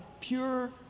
pure